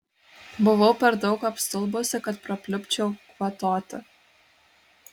buvau per daug apstulbusi kad prapliupčiau kvatoti